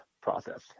process